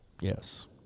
Yes